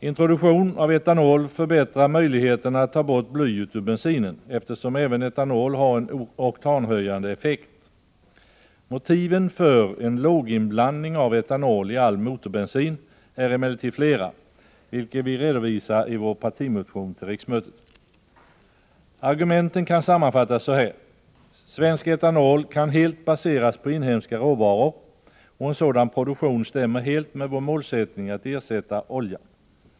Introduktion av etanol förbättrar möjligheterna att ta bort blyet ur bensinen, eftersom även etanol har en oktanhöjande effekt. Motiven för en låginblandning av etanol i all motorbensin är emellertid flera, vilket vi redovisar i vår partimotion till riksmötet. Argumenten kan sammanfattas så här: Svensk etanol kan helt baseras på inhemska råvaror, och en sådan produktion stämmer helt med vår målsättning att ersätta olja.